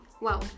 Wow